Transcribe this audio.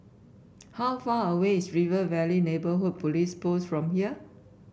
how far away is River Valley Neighbourhood Police Post from here